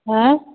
हँय